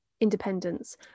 independence